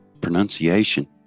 pronunciation